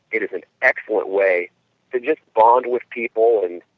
it is an excellent way to just bond with people and,